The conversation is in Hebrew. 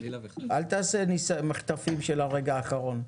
אל תעשה מחטפים של הרגע האחרון.